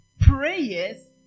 prayers